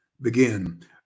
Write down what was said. begin